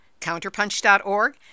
Counterpunch.org